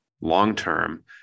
long-term